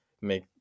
make